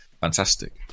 fantastic